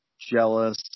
jealous